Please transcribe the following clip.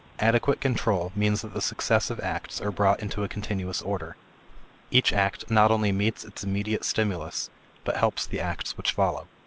adequate control means that the successive acts are brought into a continuous order each act not only meets its immediate stimulus but helps the acts which follow.